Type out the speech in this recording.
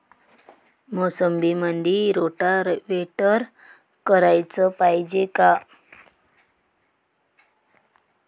मोसंबीमंदी रोटावेटर कराच पायजे का?